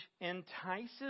entices